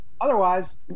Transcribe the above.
otherwise